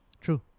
True